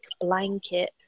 blanket